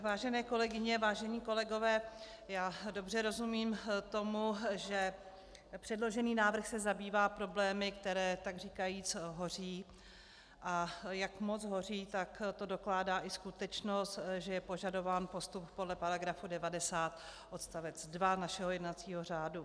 Vážené kolegyně, vážení kolegové, já dobře rozumím tomu, že předložený návrh se zabývá problémy, které takříkajíc hoří, a jak moc hoří, to dokládá i skutečnost, že je požadován postup podle § 90 odst. 2 našeho jednacího řádu.